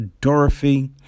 Dorothy